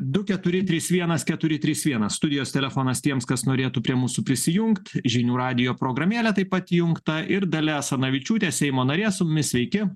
du keturi trys vienas keturi trys vienas studijos telefonas tiems kas norėtų prie mūsų prisijungt žinių radijo programėlė taip pat įjungta ir dalia asanavičiūtė seimo narė su mumis sveiki